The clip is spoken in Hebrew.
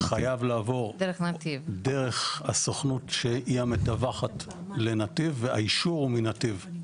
חייב לעבור דרך הסוכנות שהיא המתווכת לנתיב והאישור הוא מנתיב.